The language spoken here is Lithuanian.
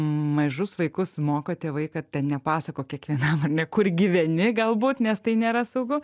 mažus vaikus moko tėvai kad ten nepasakok kiekvienam ar ne kur gyveni galbūt nes tai nėra saugu